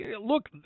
look